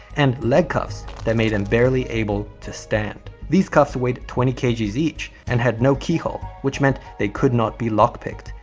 and leg cuffs that made him barely able to stand. these cuffs weighed twenty kgs each and had no keyhole, which meant they could not be lock picked.